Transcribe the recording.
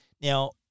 Now